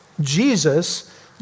Jesus